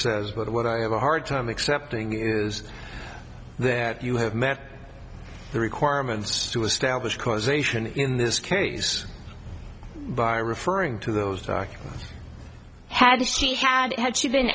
says but what i have a hard time accepting is that you have met the requirements to establish causation in this case by referring to those had she had had she been